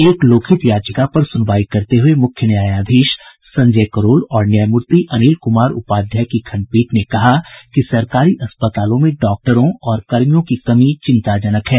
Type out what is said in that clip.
एक लोकहित याचिका पर सुनवाई करते हुये मुख्य न्यायाधीश संजय करोल और न्यायामूर्ति अनिल कुमार उपाध्याय की खंडपीठ ने कहा कि सरकारी अस्पतालों में डॉक्टरों और कर्मियों की कमी चिंताजनक है